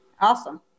Awesome